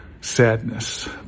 sadness